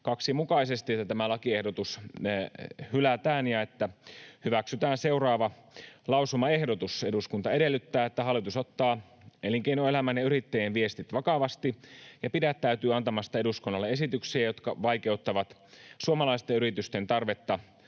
2 mukaisesti, että tämä lakiehdotus hylätään ja että hyväksytään seuraava lausumaehdotus: ”Eduskunta edellyttää, että hallitus ottaa elinkeinoelämän ja yrittäjien viestit vakavasti ja pidättäytyy antamasta eduskunnalle esityksiä, jotka vaikeuttavat suomalaisten yritysten tarvetta